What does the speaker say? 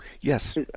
Yes